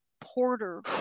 porter